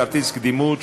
כרטיס קדימות),